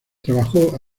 trabajó